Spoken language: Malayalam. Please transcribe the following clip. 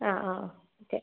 ആ ആ ആ ഓക്കേ